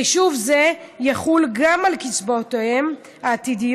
חישוב זה יחול גם על קצבאותיהם העתידיות